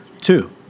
two